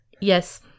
Yes